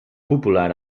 popular